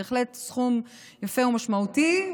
בהחלט סכום יפה ומשמעותי,